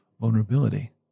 vulnerability